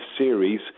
series